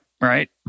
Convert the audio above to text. right